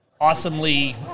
awesomely